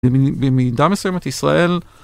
במידה מסוימת ישראל.